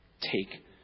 take